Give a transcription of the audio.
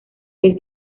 pez